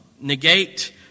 negate